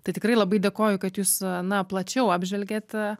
tai tikrai labai dėkoju kad jūs na plačiau apžvelgėt